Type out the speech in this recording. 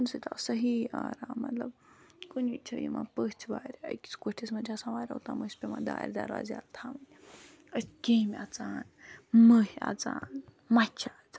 پھِینہٕ سۭتۍ آو صحیح آرام مطلب کُنہِ وِزِ چھِ یوان پٔژھۍ واریاہ أکِس کُٹھس منٛز چھِ آسان واریاہ اوٚتام أسۍ پیوان دارِ دروازٕ یَلہٕ تھاوٕنۍ أسۍ کیمۍ اَژان مٔہۍ اَژان مَچھِ اَژان